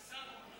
בשרונה.